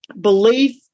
belief